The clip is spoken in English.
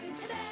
today